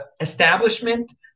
establishment